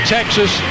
Texas